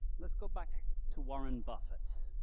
let's go back to warren buffett